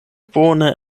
bone